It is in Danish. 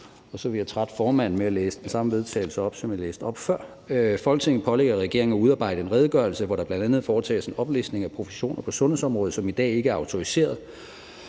Konservative Folkeparti: Forslag til vedtagelse »Folketinget pålægger regeringen at udarbejde en redegørelse, hvor der bl.a. foretages en oplistning af professioner på sundhedsområdet, som i dag ikke er autoriserede,